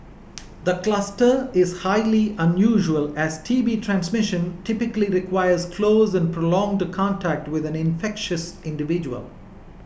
the cluster is highly unusual as T B transmission typically requires close and prolonged contact with an infectious individual